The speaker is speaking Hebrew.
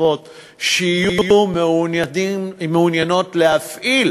נוספות שיהיו מעוניינות להפעיל